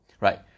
right